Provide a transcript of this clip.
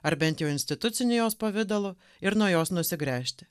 ar bent jau instituciniu jos pavidalu ir nuo jos nusigręžti